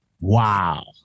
wow